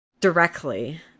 directly